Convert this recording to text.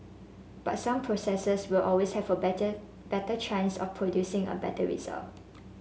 but some processes will always have a better better chance of producing a better result